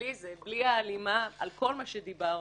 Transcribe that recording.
בלי ההלימה על כל מה שדיברנו,